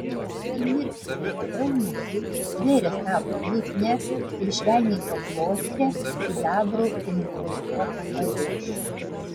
ji mirktelėjo eunuchui stvėrė savo liutnią ir švelniai paglostė sidabru inkrustuotą paviršių